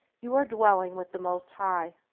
you are dwelling with the most high.